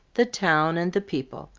the town and the people,